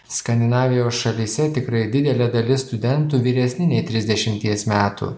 skandinavijos šalyse tikrai didelė dalis studentų vyresni nei trisdešimties metų